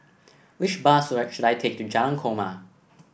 which bus should I take to Jalan Korma